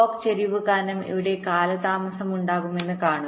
clock ചരിവ് കാരണം ഇവിടെ കാലതാമസമുണ്ടാകുമെന്ന് കാണുക